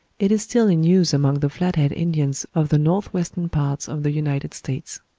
it is still in use among the flat-head indians of the north-western part of the united states.